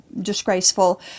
Disgraceful